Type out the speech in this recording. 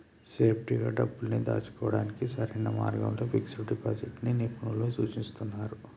సేఫ్టీగా డబ్బుల్ని దాచుకోడానికి సరైన మార్గంగా ఫిక్స్డ్ డిపాజిట్ ని నిపుణులు సూచిస్తున్నరు